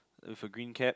for green cap